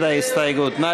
מי